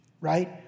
right